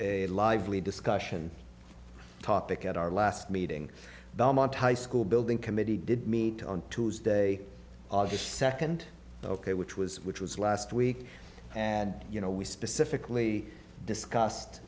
a lively discussion topic at our last meeting belmont high school building committee did meet on tuesday august second ok which was which was last week and you know we specifically discussed